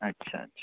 अच्छा अच्छा